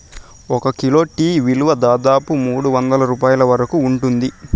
ఒక kilo tea విలువ దాదాపు మూడువందల రూపాయల వరకు ఉంటుంది